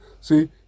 See